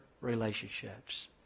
relationships